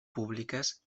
públiques